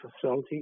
facility